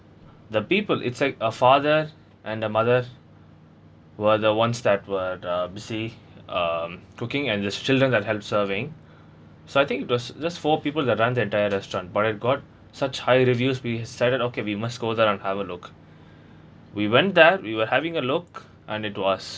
the people it's like a father and a mother were the ones that were uh busy um cooking and there's children that helps serving so I think it was just four people that run the entire restaurant but it got such high reviews we decided okay we must go there and have a look we went there we were having a look and it was